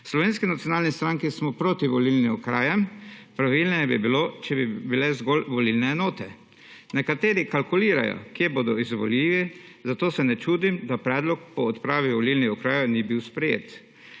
Slovenski nacionalni stranki smo proti volilnim okrajem, pravilneje bi bilo, če bi bile zgolj volilne enote. Nekateri kalkulirajo kje bodo izvoljivi, zato se ne čudim, da predlog po odpravi volilnih okrajev ni bil sprejet.